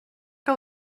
que